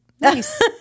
Nice